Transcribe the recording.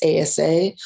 ASA